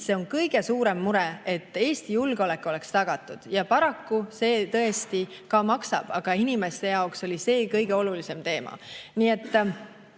See on kõige suurem mure, et Eesti julgeolek oleks tagatud. Paraku see tõesti ka maksab, aga inimeste jaoks oli see kõige olulisem teema. Sellest